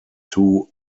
two